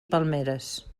palmeres